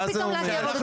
מה פתאום לעכב עוד יותר?